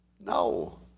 No